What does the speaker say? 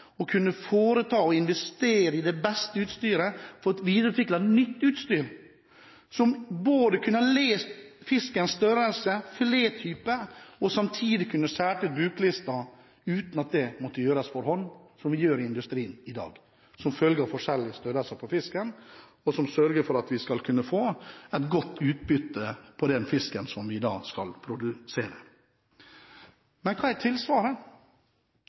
å kunne foreta investeringer i det beste utstyret og fått videreutviklet nytt utstyr, som både kunne ha lest fiskens størrelse og filettype og samtidig skåret ut buklister uten at det måtte gjøres for hånd – som vi gjør i industrien i dag som følge av forskjellig størrelse på fisken – og sørge for at vi skal kunne få et godt utbytte av den fisken vi skal produsere. Men hva er tilsvaret?